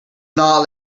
not